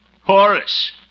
Horace